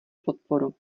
podporu